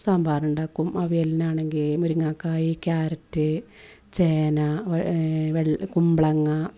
സാമ്പാറുണ്ടാക്കും അവിയലിനാണെങ്കില് മുരിങ്ങാക്കായ് ക്യാരറ്റ് ചേന വഴ കുമ്പളങ്ങ